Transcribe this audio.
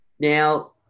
Now